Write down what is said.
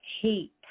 heat